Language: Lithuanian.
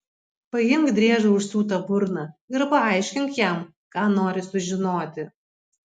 paimk driežą užsiūta burna ir paaiškink jam ką nori sužinoti